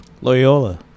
Loyola